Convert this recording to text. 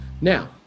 Now